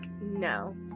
no